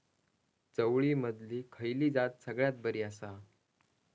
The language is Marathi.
चवळीमधली खयली जात सगळ्यात बरी आसा?